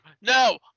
No